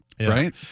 Right